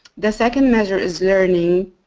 the second measure is learning.